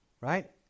Right